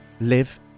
live